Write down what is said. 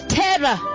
terror